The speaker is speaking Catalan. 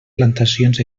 plantacions